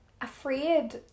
afraid